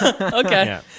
Okay